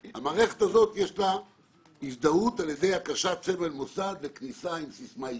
למערכת הזו יש הזדהות על ידי הקשת סמל מוסד וכניסה עם סיסמה אישית.